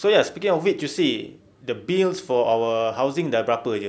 so speaking of which you see the bills for our housing dah berapa jer